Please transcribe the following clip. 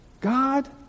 God